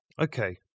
Okay